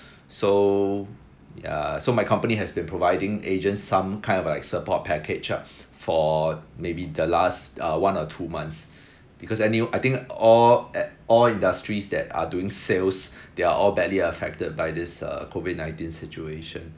so ya so my company has been providing agents some kind of like support package lah for maybe the last uh one or two months because I knew I think all a~ all industries that are doing sales they're all badly affected by this uh COVID nineteen situation